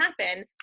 happen